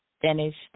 finished